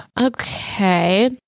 Okay